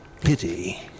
Pity